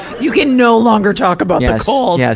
you can no longer talk about the cold! yeah